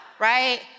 right